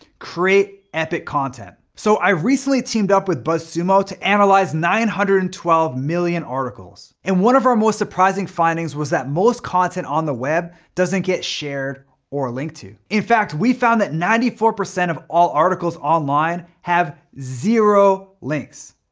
create epic content. so i recently teamed up with buzzsumo to analyze nine hundred and twelve million articles. and one of our more surprising findings was that most content on the web doesn't get shared or linked to. in fact we found that ninety four percent of all articles online have zero links.